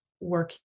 work